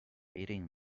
eating